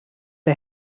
der